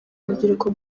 urubyiruko